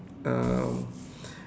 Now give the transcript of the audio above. um